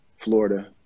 Florida